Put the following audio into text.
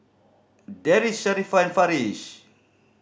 Deris Sharifah and Farish